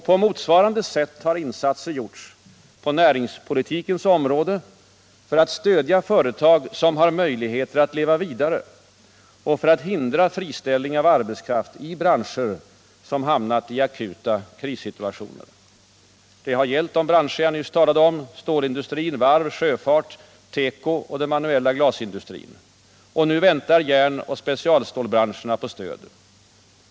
På motsvarande sätt har insatser gjorts på näringspolitikens område för att stödja företag som har möjligheter att leva vidare och för att hindra friställning av arbetskraft i branscher som hamnat i akuta krissituationer. Det har gällt bl.a. stålindustrin, varv, sjöfart, tekoindustrin och den manuella glasindustrin. Nu väntar järnoch specialstålbranscherna på stöd.